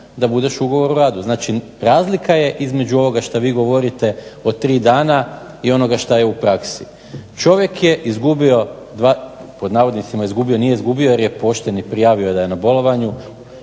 da budeš ugovor o radu. Znači, razlika je između ovoga što vi govorite o tri dana i onoga što je u praksi. Čovjek je "izgubio", nije izgubio jer je pošten i prijavio je da je na bolovanju,